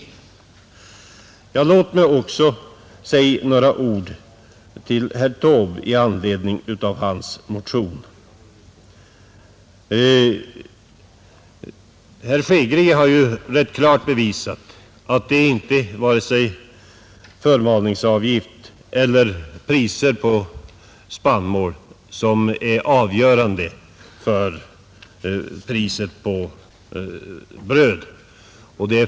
Låt mig också säga ett par ord till herr Taube i anledning av hans motion. Herr Hansson i Skegrie har ju rätt klart bevisat att det inte är vare sig förmalningsavgifter eller priser på spannmål som är avgörande för priset på bröd.